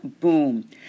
Boom